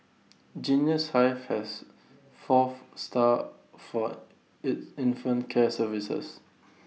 Genius hive has four of staff for its infant care services